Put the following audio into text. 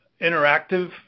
interactive